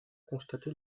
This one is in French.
constaté